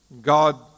God